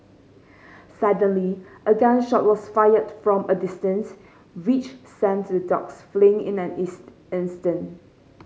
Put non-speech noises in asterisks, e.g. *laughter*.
suddenly a gun shot was fired from a distance which sent the dogs fleeing in an *unintelligible*